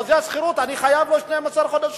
בחוזה השכירות אני חייב ב-12 בחודשים,